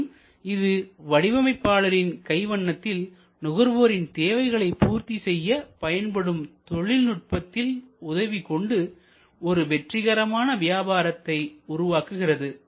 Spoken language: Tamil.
மேலும் இது வடிவமைப்பாளரின் கைவண்ணத்தில்நுகர்வோரின் தேவைகளை பூர்த்தி செய்ய பயன்படும் புதிய தொழில்நுட்பங்களின் உதவிகொண்டு ஒரு வெற்றிகரமான வியாபாரத்தை உருவாக்குகிறது